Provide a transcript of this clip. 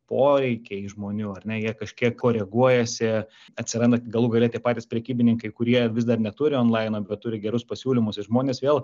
poreikiai žmonių ar ne jie kažkiek koreguojasi atsiranda galų gale tie patys prekybininkai kurie vis dar neturi onlaino bet turi gerus pasiūlymus ir žmonės vėl